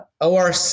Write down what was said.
ORC